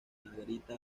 margarita